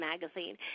magazine